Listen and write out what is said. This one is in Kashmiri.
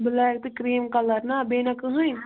بٕلیک تہٕ کرٛیٖم کَلر نا بیٚیہِ نہ کٕہۭنۍ